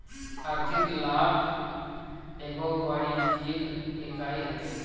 आर्थिक लाभ एगो वाणिज्यिक इकाई हवे